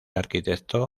arquitecto